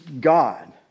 God